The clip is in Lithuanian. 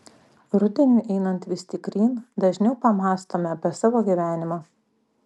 rudeniui einant vis tikryn dažniau pamąstome apie savo gyvenimą